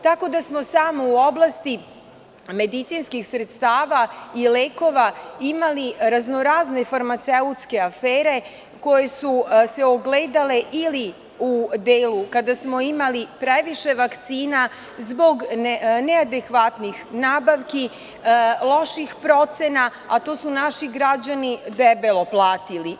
Tako da smo samo u oblasti medicinskih sredstava i lekova imali razno razne farmaceutske afere koje su se ogledale ili u delu kada smo imali previše vakcina, zbog neadekvatnih nabavki, loši procena, a to su naši građani debelo platili.